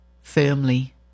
firmly